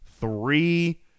three